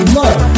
love